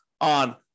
on